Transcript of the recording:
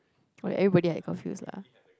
oh like everybody had curfews lah